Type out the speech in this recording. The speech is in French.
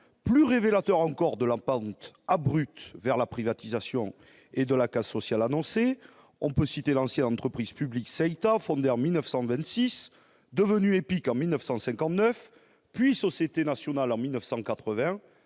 Plus révélateur encore de la pente abrupte vers la privatisation et de la casse sociale annoncée, on peut citer l'exemple de l'ancienne entreprise publique SEITA, fondée en 1926, devenue EPIC en 1959, puis société nationale en 1980,